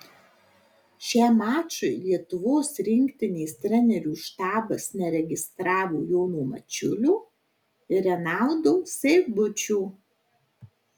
šiam mačui lietuvos rinktinės trenerių štabas neregistravo jono mačiulio ir renaldo seibučio